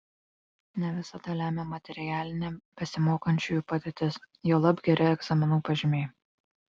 ne visada lemia materialinė besimokančiųjų padėtis juolab geri egzaminų pažymiai